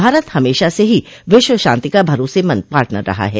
भारत हमेशा से ही विश्व शांति का भरोसेमंद पाटर्नर रहा है